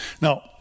Now